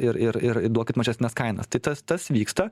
ir ir ir duokit mažesnes kainas tai tas tas vyksta